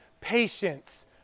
patience